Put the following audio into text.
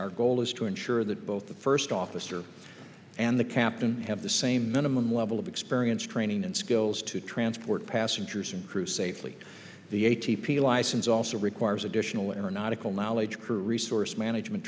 our goal is to ensure that both the first officer and the captain have the same minimum level of experience training and skills to transport passengers and crew safely the a t p license also requires additional aeronautical knowledge crew resource management